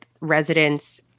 residents